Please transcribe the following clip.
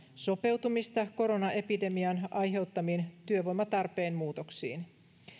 sopeutumista koronaepidemian aiheuttamiin työvoimatarpeen muutoksiin